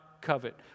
covet